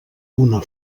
una